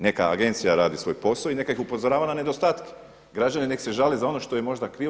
Neka agencija radi svoj posao i neka ih upozorava na nedostatke, građani neka se žale za ono što možda krivo.